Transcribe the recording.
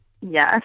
Yes